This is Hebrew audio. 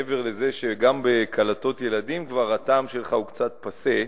מעבר לזה שגם בקלטות ילדים הטעם שלך הוא כבר קצת פאסה,